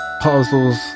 Puzzles